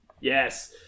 Yes